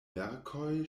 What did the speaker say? verkoj